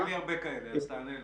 אין לי הרבה כאלה, אז תענה לו.